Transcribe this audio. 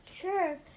Sure